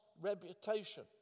reputation